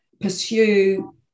pursue